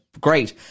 great